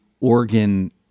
organ